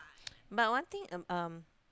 but one thing um